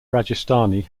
rajasthani